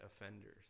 offenders